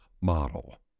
model